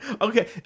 Okay